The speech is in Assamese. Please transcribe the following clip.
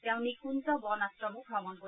তেওঁ নিকুঞ্জ বন আশ্ৰমো ভ্ৰমণ কৰিব